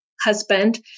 husband